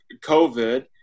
COVID